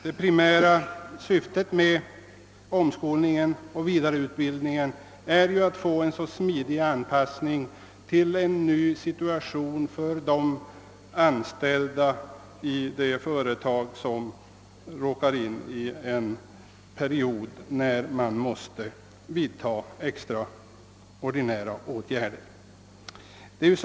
Det primära syftet med omskolningen och vidareutbildningen är ju att få en så smidig anpassning som möjligt till en ny situation för anställda i de företag som råkar in i en period då extraordinära åtgärder måste vidtagas.